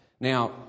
Now